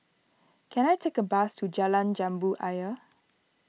can I take a bus to Jalan Jambu Ayer